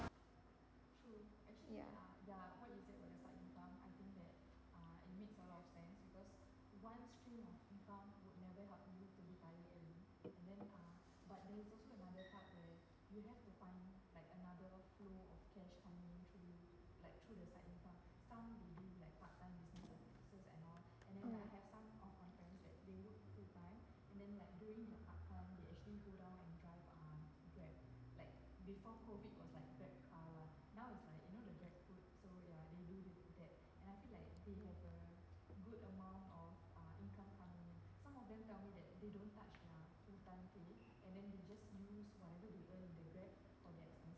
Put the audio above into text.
ya mm